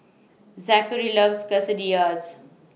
Zakary loves Quesadillas